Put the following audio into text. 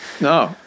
No